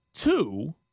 Two